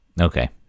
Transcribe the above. Okay